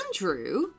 Andrew